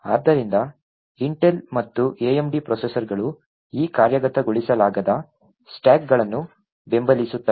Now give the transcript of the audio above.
ಆದ್ದರಿಂದ ಇಂಟೆಲ್ ಮತ್ತು AMD ಪ್ರೊಸೆಸರ್ಗಳು ಈ ಕಾರ್ಯಗತಗೊಳಿಸಲಾಗದ ಸ್ಟ್ಯಾಕ್ಗಳನ್ನು ಬೆಂಬಲಿಸುತ್ತವೆ